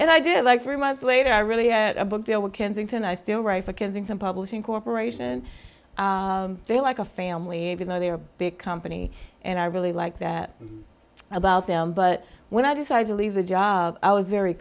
and i did like three months later i really had a book deal with kensington i still write for kensington publishing corporation they're like a family even though they are a big company and i really like that about them but when i decided to leave a job i was very